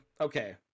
okay